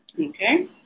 Okay